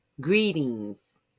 greetings